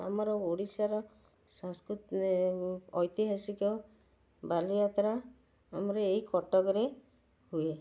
ଆମର ଓଡ଼ିଶାର ଐତିହାସିକ ବାଲିଯାତ୍ରା ଆମର ଏଇ କଟକରେ ହୁଏ